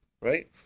right